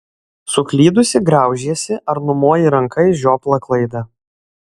suklydusi graužiesi ar numoji ranka į žioplą klaidą